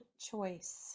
choice